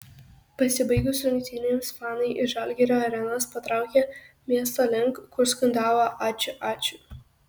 pasibaigus rungtynėms fanai iš žalgirio arenos patraukė miesto link kur skandavo ačiū ačiū